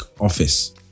office